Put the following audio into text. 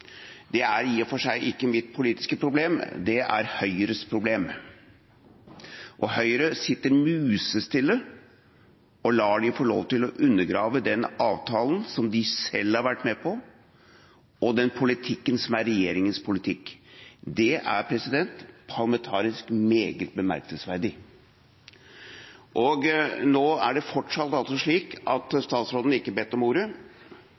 Det er i og for seg ikke mitt politiske problem, det er Høyres problem. Og Høyre sitter musestille og lar dem få lov til å undergrave den avtalen som de selv har vært med på, og den politikken som er regjeringas politikk. Det er parlamentarisk meget bemerkelsesverdig. Nå er det fortsatt altså slik at statsråden ikke har bedt om ordet.